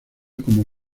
como